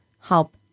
help